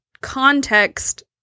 context